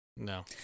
no